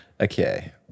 Okay